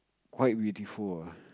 quite beautiful ah